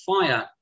fire